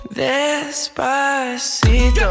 Despacito